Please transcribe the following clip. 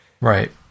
Right